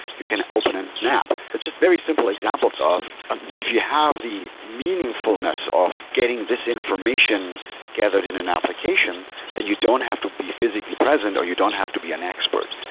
you can open an an app. but just very simple examples of if you have the meaningfulness of getting this information gathered in an application then you don't have to be physically present or you don't have to be an expert.